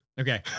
Okay